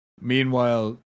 Meanwhile